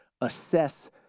assess